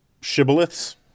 shibboleths